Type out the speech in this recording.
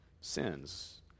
sins